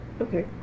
Okay